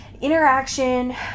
interaction